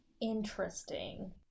Interesting